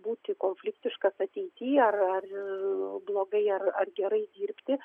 būti konfliktiškas ateity ar ar blogai ar ar gerai dirbti